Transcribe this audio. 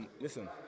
listen